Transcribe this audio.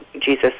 Jesus